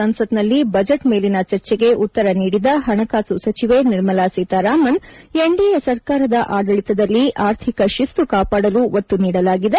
ಸಂಸತ್ನಲ್ಲಿ ಬಜೆಟ್ ಮೇಲಿನ ಚರ್ಚೆಗೆ ಉತ್ತರ ನೀಡಿದ ಹಣಕಾಸು ಸಚಿವೆ ನಿರ್ಮಲಾ ಸೀತಾರಾಮನ್ ಎನ್ಡಿಎ ಸರ್ಕಾರದ ಆಡಳಿತದಲ್ಲಿ ಆರ್ಥಿಕ ಶಿಸ್ತು ಕಾಪಾಡಲು ಒತ್ತು ನೀಡಲಾಗಿದೆ